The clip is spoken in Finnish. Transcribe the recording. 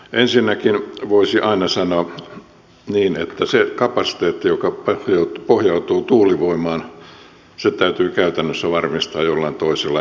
ensinnäkin voisi aina sanoa niin että se kapasiteetti joka pohjautuu tuulivoimaan täytyy käytännössä varmistaa jollain toisella energiamuodolla